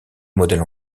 modèle